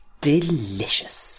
Delicious